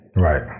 Right